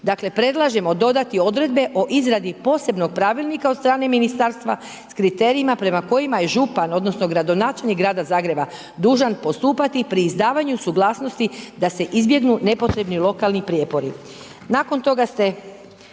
Dakle, predlažemo dodati odredbe o izradi posebnog pravilnika od strane ministarstva s kriterijima prema kojima je župan odnosno gradonačelnik Grada Zagreba dužan postupati pri izdavanju suglasnosti da se izbjegnu nepotrebni lokalni prijepori. Nakon toga ste,